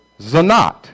zanat